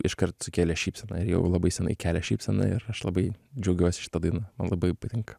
iškart sukėlė šypseną ir jau labai senai kelia šypseną ir aš labai džiaugiuosi šita daina man labai patinka